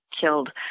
killed